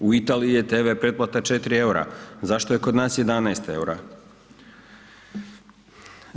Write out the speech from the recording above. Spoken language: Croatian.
U Italiji je tv pretplata 4 EUR-a, zašto je kod nas 11 EUR-a?